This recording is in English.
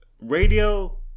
Radio